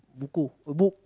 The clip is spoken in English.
buku eh book